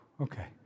okay